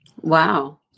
wow